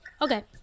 Okay